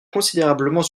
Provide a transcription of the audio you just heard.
considérablement